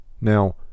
now